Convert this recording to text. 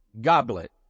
goblet